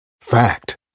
Fact